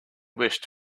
wish